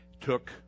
took